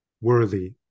worthy